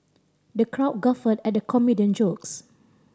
the crowd guffawed at the comedian jokes